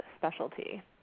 specialty